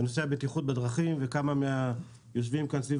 לנושא הבטיחות דרכים וכמה מהיושבים כאן סביב